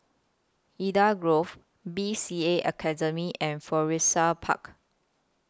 Eden Grove B C A Academy and Florissa Park